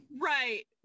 right